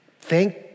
thank